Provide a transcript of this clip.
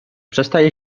przestaje